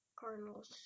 cardinals